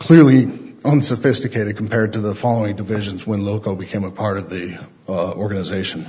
clearly unsophisticated compared to the following divisions when loco became a part of the organization